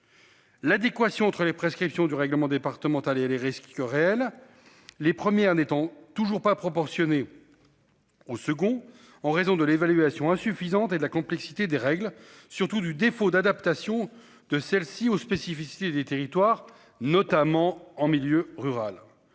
L'adéquation entre les prescriptions du règlement départemental et les risques réels. Les premières n'étant toujours pas proportionnée. Au second, en raison de l'évaluation insuffisante et de la complexité des règles surtout du défaut d'adaptation de celle-ci aux spécificités des territoires, notamment en milieu rural